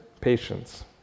patience